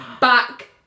back